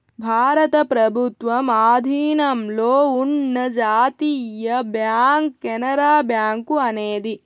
భారత ప్రభుత్వం ఆధీనంలో ఉన్న జాతీయ బ్యాంక్ కెనరా బ్యాంకు అనేది